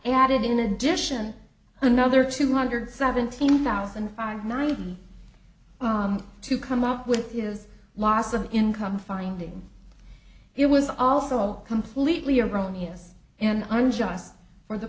added in addition another two hundred seventeen thousand five ninety to come up with his loss of income finding it was also completely erroneous and unjust for the